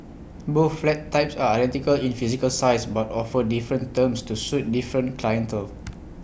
both flat types are identical in physical size but offer different terms to suit different clientele